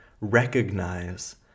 recognize